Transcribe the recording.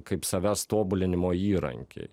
kaip savęs tobulinimo įrankį